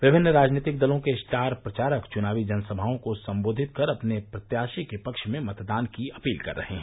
विभिन्न राजनीतिक दलों के स्टार प्रचारक चुनावी जनसभाओं को सम्बोधित कर अपने प्रत्याशी के पक्ष मे मतदान की अपील कर रहे हैं